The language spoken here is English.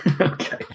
Okay